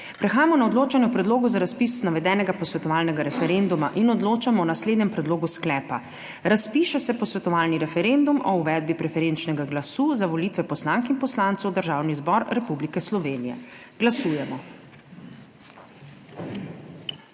Prehajamo na odločanje o predlogu za razpis navedenega posvetovalnega referenduma in odločamo o naslednjem predlogu sklepa: Razpiše se posvetovalni referendum o uvedbi preferenčnega glasu za volitve poslank in poslancev v Državni zbor Republike Slovenije. Glasujemo.